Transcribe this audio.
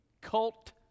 cult